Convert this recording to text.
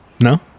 No